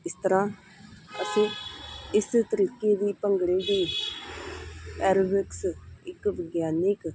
ਇਸ ਤਰ੍ਹਾਂ ਅਸੀਂ ਇਸ ਤਰੀਕੇ ਦੀ ਭੰਗੜੇ ਦੀ ਐਰੋਬਿਕਸ ਇੱਕ ਵਿਗਿਆਨਿਕ